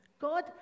God